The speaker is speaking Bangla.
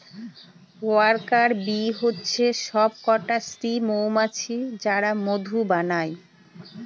ওয়ার্কার বী হচ্ছে সবকটা স্ত্রী মৌমাছি যারা মধু বানায়